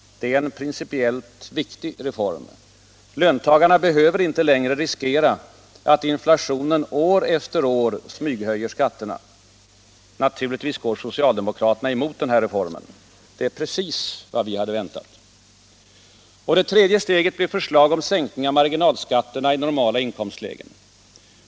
Det är en principiellt viktig reform. Löntagarna behöver inte längre riskera att inflationen år Allmänpolitisk debatt " Allmänpolitisk debatt efter år smyghöjer skatterna. Naturligtvis går socialdemokraterna emot den här reformen. Det är precis vad vi hade väntat. Det tredje steget blir förslag om sänkning av marginalskatterna i normala inkomstlägen.